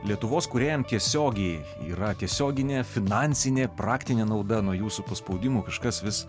lietuvos kūrėjam tiesiogiai yra tiesioginė finansinė praktinė nauda nuo jūsų paspaudimų kažkas vis